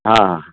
ಹಾಂ